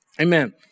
Amen